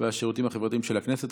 והשירותים החברתיים של הכנסת.